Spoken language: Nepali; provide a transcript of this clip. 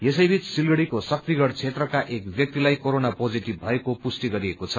यसै बीच सिलगढ़ीको शाक्तिगढ़ क्षेत्रका एक व्यक्तिलाई कोरोना पोजीटिभ भएको पुष्टि गरिएको छ